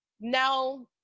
now